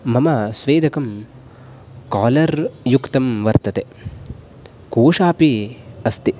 मम स्वेदकं कालर् युक्तं वर्तते कोषापि अस्ति